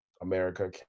America